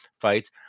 fights